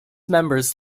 members